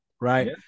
right